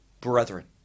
brethren